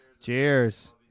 Cheers